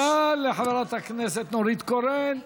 תודה לחברת הכנסת נורית קורן.